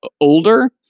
older